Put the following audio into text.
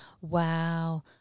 Wow